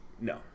No